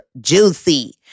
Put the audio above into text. juicy